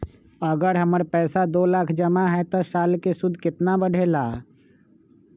अगर हमर पैसा दो लाख जमा है त साल के सूद केतना बढेला?